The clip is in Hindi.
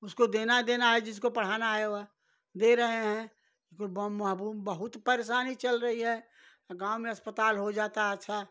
उसको देना ही देना है जिसको पढ़ाना है वह दे रहे हैं कुल बहुत परेशानी चल रही है गाँव में अस्पताल हो जाता अच्छा